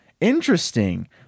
Interesting